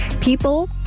People